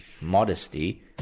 modesty